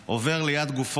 עובר ליד גופות,